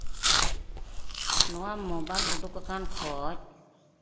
ᱱᱚᱣᱟ ᱢᱳᱵᱟᱭᱤᱞ ᱩᱰᱩᱠ ᱟᱠᱟᱱ ᱠᱷᱚᱱ